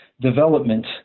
development